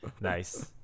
nice